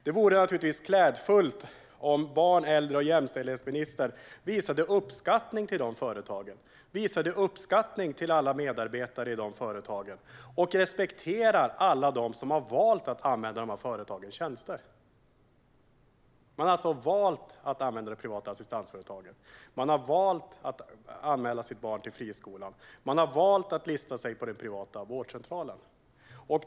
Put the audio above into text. Det vore naturligtvis klädsamt om barn-, äldre och jämställdhetsministern visade uppskattning över de företagen och över alla medarbetare i de företagen och om hon respekterade alla som har valt att använda dessa företags tjänster. Man har alltså valt att anlita det privata assistansföretaget, att anmäla sitt barn till friskolan, att lista sig på den privata vårdcentralen.